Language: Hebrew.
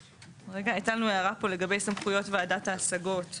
רגע, הייתה לנו הערה פה לגבי סמכויות ועדת ההשגות.